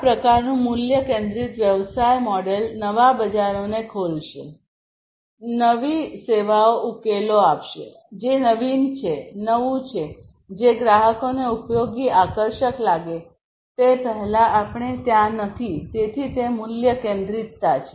આ પ્રકારનું મૂલ્ય કેન્દ્રિત વ્યવસાય મોડેલ નવા બજારોને ખુલશે નવી સેવાઓ ઉકેલો આપશે જે નવીન છે નવું છે જે ગ્રાહકોને ઉપયોગી આકર્ષક લાગે તે પહેલાં આપણે ત્યાં નથી તેથી તે મૂલ્ય કેન્દ્રિતતા છે